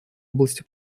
области